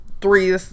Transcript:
three